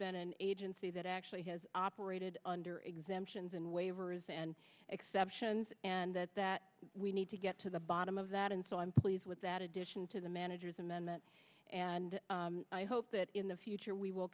the agency that actually has operated under exemptions and waivers and exceptions and that that we need to get to the bottom of that and so i'm pleased with that addition to the manager's amendment and i hope that in the future we will